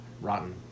rotten